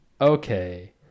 okay